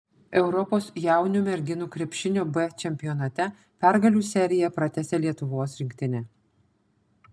europos jaunių merginų krepšinio b čempionate pergalių seriją pratęsė lietuvos rinktinė